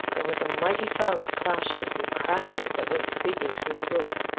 there was a mighty song of clashes and crashes that went sweeping through the woods.